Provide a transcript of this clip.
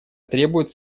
требует